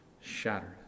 shattered